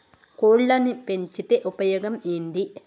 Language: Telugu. కోళ్లని పెంచితే ఉపయోగం ఏంది?